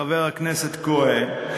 חבר הכנסת כהן,